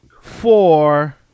four